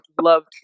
love